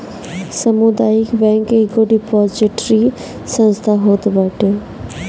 सामुदायिक बैंक एगो डिपोजिटरी संस्था होत हवे